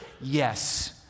yes